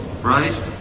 Right